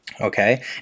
Okay